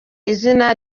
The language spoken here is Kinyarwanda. izina